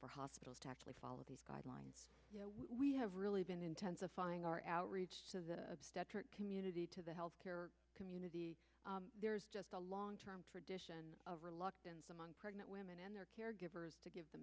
for hospitals to actually follow these guidelines we have really been intensifying our outreach to the community to the health care community there's just a long term tradition of reluctance among pregnant women and their caregivers to give the